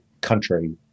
country